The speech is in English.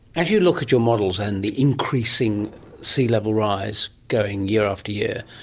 as you look at your models and the increasing sea-level rise going year after year,